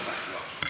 את רוצה לשמוע סיפור?